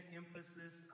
emphasis